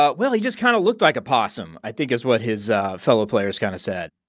but well, he just kind of looked like a possum i think is what his fellow players kind of said.